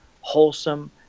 wholesome